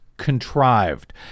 Contrived